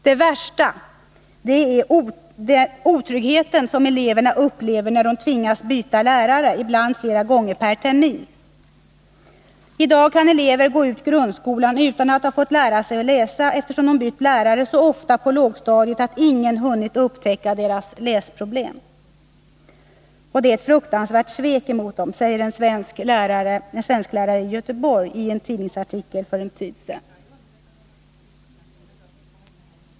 Det allvarligaste är den otrygghet som eleverna upplever när de tvingas byta lärare, ibland flera gånger per termin. I dag kan elever gå ut grundskolan utan att ha fått lära sig läsa, eftersom de bytt lärare så ofta på lågstadiet att ingen hunnit upptäcka deras läsproblem. Det är ett fruktansvärt svek emot dem, sade en svensklärare i Göteborg i en tidningsartikel för en tid sedan.